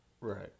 Right